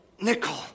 nickel